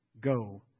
go